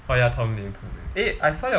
oh ya tong lin tong lin eh I saw your